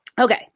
Okay